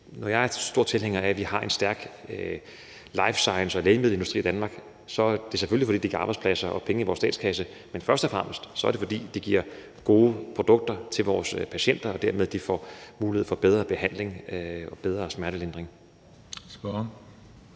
når jeg er stor tilhænger af, at vi har en stærk life science- og lægemiddelindustri i Danmark, er det selvfølgelig, fordi det giver arbejdspladser og penge i vores statskasse, men det er først og fremmest, fordi det giver gode produkter til vores patienter, så de dermed får mulighed bedre behandling og bedre smertelindring. Kl.